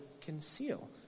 conceal